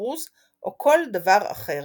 חרוז או כל דבר אחר.